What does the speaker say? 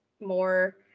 more